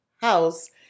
house